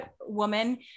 woman